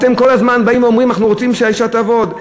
אתם כל הזמן באים ואומרים: אנחנו רוצים שהאישה תעבוד.